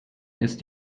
ist